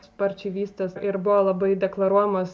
sparčiai vystėsi ir buvo labai deklaruojamos